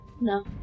No